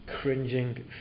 cringing